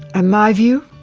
ah my view?